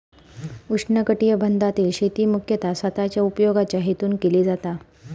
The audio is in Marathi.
उष्णकटिबंधातील शेती मुख्यतः स्वतःच्या उपयोगाच्या हेतून केली जाता